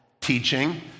teaching